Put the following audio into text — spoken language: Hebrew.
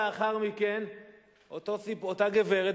זה לא קרה אצלכם עם אלקין?